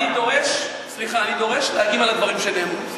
אני דורש להגיב על הדברים שנאמרו.